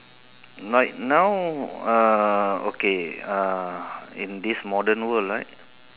like now ah okay uh in this modern world right